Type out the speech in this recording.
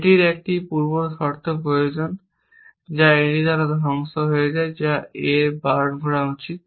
এটির একটি পূর্ব শর্ত প্রয়োজন যা এটি দ্বারা ধ্বংস হয়ে যায় যা A ধারণ করা উচিত